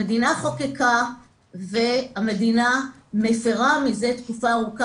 המדינה חוקקה והמדינה מפרה מזה תקופה ארוכה.